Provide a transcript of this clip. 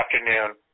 afternoon